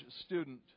student